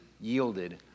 yielded